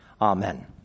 Amen